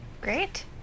Great